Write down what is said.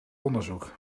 onderzoek